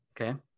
Okay